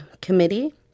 Committee